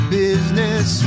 business